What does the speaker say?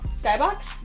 skybox